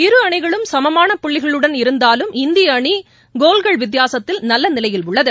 இரு அணிகளும் சமமான புள்ளிகளுடன் இருந்தாலும் இந்தியஅணிகோல்கள் வித்தியாசத்தில் நல்லநிலையில் உள்ளது